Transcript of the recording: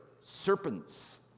serpents